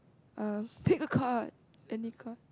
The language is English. err pick a card any card